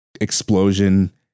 explosion